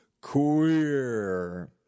queer